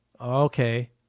Okay